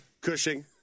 Cushing